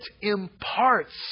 imparts